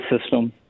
system